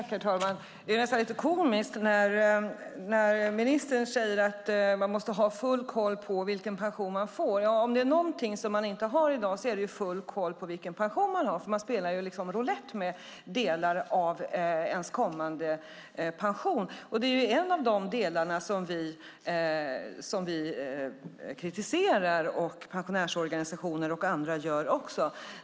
Herr talman! Det är nästan lite komiskt när ministern säger att man måste ha full koll på vilken pension man får. Om det är någonting som man inte har i dag är det full koll på vilken pension man har, för man spelar liksom roulett med delar av sin kommande pension. Det är en av de delar som vi kritiserar - pensionärsorganisationer och andra gör det också.